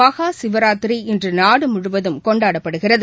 மகா சிவராத்ரி இன்று நாடு முழுவதும் கொண்டாடப்படுகிறது